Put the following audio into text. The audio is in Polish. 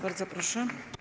Bardzo proszę.